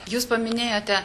jūs paminėjote